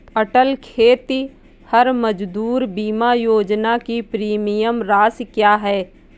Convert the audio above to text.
अटल खेतिहर मजदूर बीमा योजना की प्रीमियम राशि क्या है?